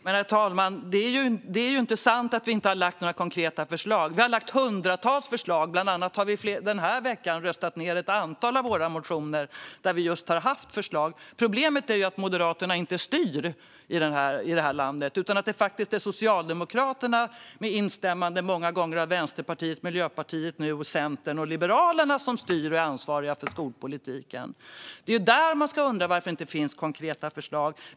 Herr talman! Det är inte sant att vi inte har lagt några konkreta förslag. Vi har lagt hundratals förslag. Bland annat har ett antal av våra motioner där vi just har haft förslag röstats ned den här veckan. Problemet är att Moderaterna inte styr i det här landet utan att det faktiskt är Socialdemokraterna med instämmande många gånger från Vänsterpartiet, Miljöpartiet och nu Centern och Liberalerna som styr och är ansvariga för skolpolitiken. Det är därifrån man ska undra varför det inte kommer konkreta förslag.